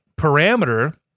parameter